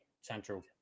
Central